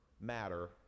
matter